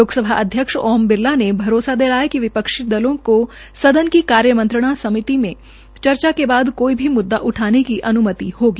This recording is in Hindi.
लोकसभा अध्यक्ष ओम बिरला ने भरोसा दिलाया कि विपक्षी दलों को सदन की कार्य मंत्रणा समिति में चर्चा के बाद कोई भी मुद्दा उठाने की अनुमति होगी